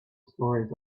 stories